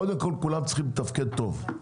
קודם כל כולם צריכים לתפקד טוב.